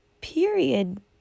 period